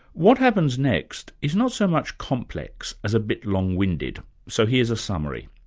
what happens next is not so much complex as a bit long-winded. so here's a summary.